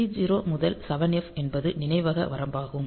30 முதல் 7F என்பது நினைவக வரம்பாகும்